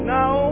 Now